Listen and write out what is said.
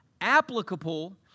applicable